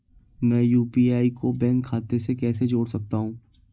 मैं यू.पी.आई को बैंक खाते से कैसे जोड़ सकता हूँ?